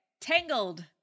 tangled